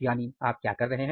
यानी आप क्या कर रहे हैं